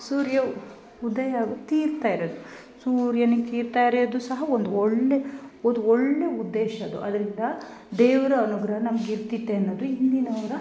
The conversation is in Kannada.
ಸೂರ್ಯ ಉದಯ ಆಗೋ ತೀರ್ಥ ಎರಿಯೋದು ಸೂರ್ಯನಿಗ್ ತೀರ್ಥ ಎರಿಯೋದು ಸಹ ಒಂದು ಒಳ್ಳೇ ಒಂದು ಒಳ್ಳೇ ಉದ್ದೇಶ ಅದು ಅದರಿಂದ ದೇವರ ಅನುಗ್ರಹ ನಮಗೆ ಇರ್ತಿತ್ತು ಅನ್ನೋದು ಹಿಂದಿನವ್ರ